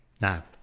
Now